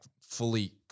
fully